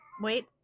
wait